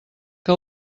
que